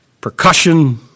percussion